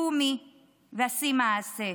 קומי ועשי מעשה.